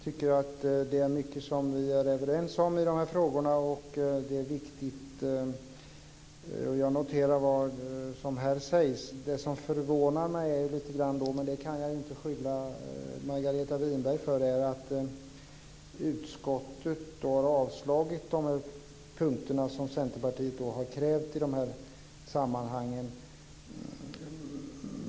Herr talman! Det är mycket som vi är överens om i de här frågorna, och det är viktigt. Jag noterar vad som här sägs. Det som förvånar mig lite grann, men som jag inte kan skylla Margareta Winberg för, är att utskottet har avstyrkt de punkter som Centerpartiet har krävt i dessa sammanhang.